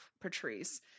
Patrice